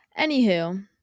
Anywho